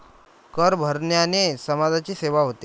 कर भरण्याने समाजाची सेवा होते